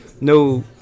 No